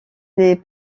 des